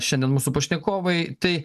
šiandien mūsų pašnekovai tai